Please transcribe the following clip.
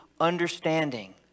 understanding